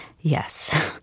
Yes